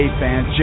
fans